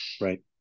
right